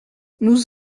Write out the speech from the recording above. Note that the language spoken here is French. nous